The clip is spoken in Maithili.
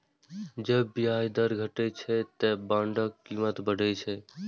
जब ब्याज दर घटै छै, ते बांडक कीमत बढ़ै छै